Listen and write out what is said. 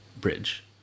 bridge